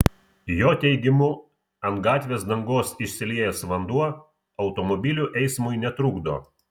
jo teigimu ant gatvės dangos išsiliejęs vanduo automobilių eismui netrukdo